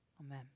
Amen